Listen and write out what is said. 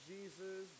Jesus